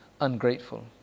ungrateful